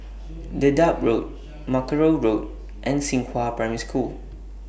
Dedap Road Mackerrow Road and Xinghua Primary School